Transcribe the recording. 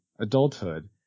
adulthood